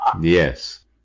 Yes